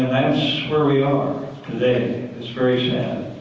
where we are today. it's very sad.